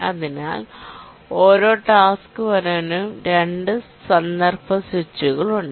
അതിനാൽ ഓരോ ടാസ്ക് വരവിനും 2 കോണ്ടെസ്റ് സ്വിച്ചുകൾ ഉണ്ട്